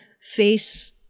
face